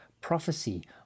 prophecy